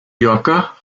yorker